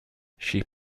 she